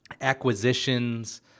acquisitions